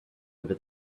over